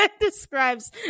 describes